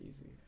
easy